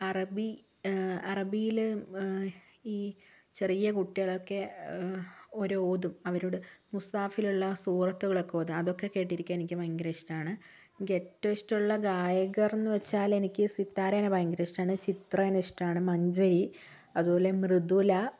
അറബി അറബിയില് ഈ ചെറിയ കുട്ടികളൊക്കെ ഒരു ഓതും അവരുടെ മുസാഫിലുള്ള സൂറത്തുകളൊക്കെ ഓതും അതൊക്കെ കേട്ടിരിക്കാൻ എനിക്ക് ഭയങ്കര ഇഷ്ടമാണ് എനിക്ക് ഏറ്റവും ഇഷ്ടമുള്ള ഗായകർ എന്നുവച്ചാൽ എനിക്ക് സിത്താരേനെ ഭയങ്കര ഇഷ്ടമാണ് ചിത്രേനെ ഇഷ്ട്മാണ് മഞ്ചരി അതുപോലെ മൃദുല